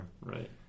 right